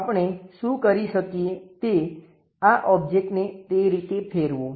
આપણે શું કરી શકીએ તે આ ઓબ્જેક્ટને તે રીતે ફેરવો